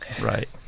right